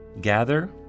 gather